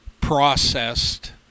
processed